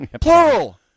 Plural